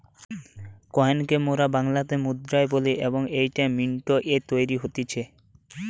coin কে মোরা বাংলাতে মুদ্রা বলি এবং এইটা মিন্ট এ তৈরী হতিছে